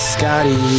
Scotty